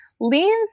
Leaves